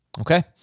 Okay